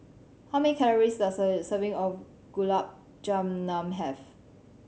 how many calories does a serving of Gulab Jamun have